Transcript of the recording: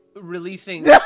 releasing